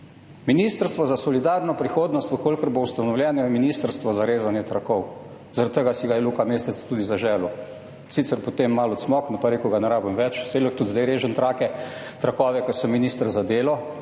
Ministrstvo za solidarno prihodnost, če bo ustanovljeno, je ministrstvo za rezanje trakov. Zaradi tega si ga je Luka Mesec tudi zaželel. Sicer je potem malo cmoknil pa rekel, ga ne rabim več, saj lahko tudi zdaj režem trakove, ker sem minister za delo.